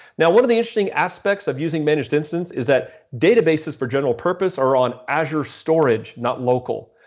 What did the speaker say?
now, one of the interesting aspects of using managed instance is that databases for general purpose or on azure storage, not local.